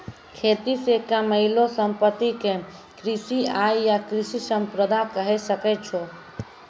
खेती से कमैलो संपत्ति क कृषि आय या कृषि संपदा कहे सकै छो